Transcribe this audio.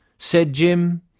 said jim,